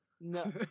No